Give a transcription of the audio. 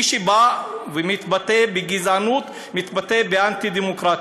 ומי שבא ומתבטא בגזענות, מתבטא באנטי-דמוקרטיות,